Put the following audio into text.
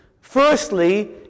Firstly